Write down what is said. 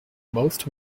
most